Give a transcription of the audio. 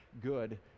good